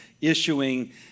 issuing